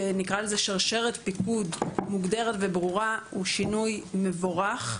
שרשרת פיקוד מוגדרת וברורה, הוא שינוי מבורך,